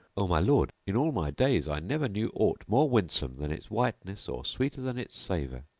o my lord, in all my days i never knew aught more winsome than its whiteness or sweeter than its savour.